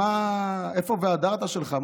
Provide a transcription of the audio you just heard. איפה "והדרת" שלך?